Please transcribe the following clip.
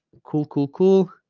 cool cool cool